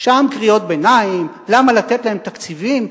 קריאות ביניים: "למה לתת להם תקציבים".